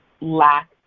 lack